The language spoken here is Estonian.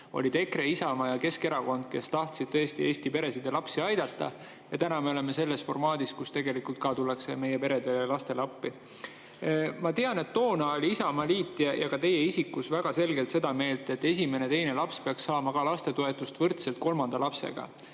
olid EKRE, Isamaa ja Keskerakond, kes tahtsid tõesti Eesti peresid ja lapsi aidata. Täna me oleme selles formaadis, kus tegelikult tullaksegi meie peredele ja lastele appi. Ma tean, et toona oli Isamaa ja olite ka teie isiklikult väga selgelt seda meelt, et esimene ja teine laps peaks saama lastetoetust võrdselt kolmanda lapsega.